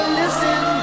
listen